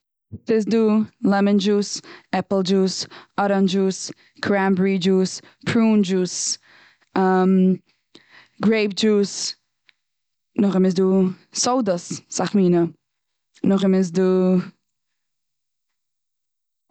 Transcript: סאיז דא לעמען דזשוס, עפל דזשוס, אראנדזש דזשוס, קרענבערי דזשוס, פרון דזשוס, גרעיפ דזשוס, נאך דעם איז דא סאדעס סאך מינע. נאך דעם איז דא....